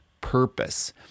purpose